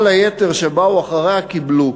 כל היתר שבאו אחריה קיבלו.